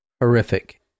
horrific